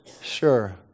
sure